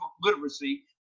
literacy